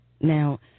Now